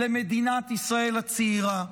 למדינת ישראל הצעירה,